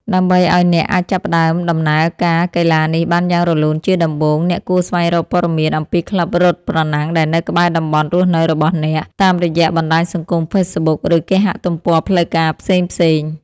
ដើម្បីឱ្យអ្នកអាចចាប់ផ្ដើមដំណើរការកីឡានេះបានយ៉ាងរលូនជាដំបូង អ្នកគួរស្វែងរកព័ត៌មានអំពីក្លឹបរត់ប្រណាំងដែលនៅក្បែរតំបន់រស់នៅរបស់អ្នក តាមរយៈបណ្ដាញសង្គមហ្វេសប៊ុក ឬគេហទំព័រផ្លូវការផ្សេងៗ។